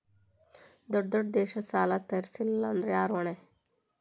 ದೊಡ್ಡ ದೊಡ್ಡ ದೇಶದ ಸಾಲಾ ತೇರಸ್ಲಿಲ್ಲಾಂದ್ರ ಯಾರ ಹೊಣಿ?